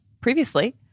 previously